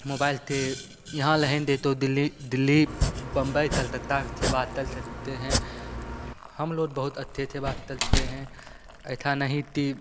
mobile से यहाँ लहेन तो दिल्ली दिल्ली बम्बई तलतत्ता थे बात कल थत्ते हैं हम लोद बहुत अत्थे थे बात तलते हैं ऐथा नहीं ति